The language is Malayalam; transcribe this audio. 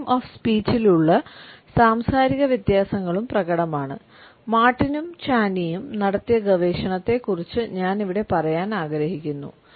വോളിയം ഓഫ് സ്പീച്ചിലുള്ള നടത്തിയ ഗവേഷണത്തെ കുറിച്ച് ഞാൻ ഇവിടെ പറയാൻ ആഗ്രഹിക്കുന്നു